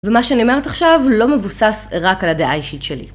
ומה שאני אומרת עכשיו לא מבוסס רק על הדעה האישית שלי.